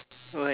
why